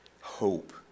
Hope